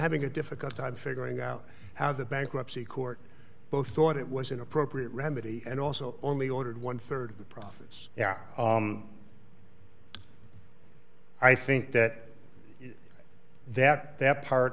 having a difficult time figuring out how the bankruptcy court both thought it was an appropriate remedy and also only ordered one rd of the profits yeah i think that that that part